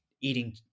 eating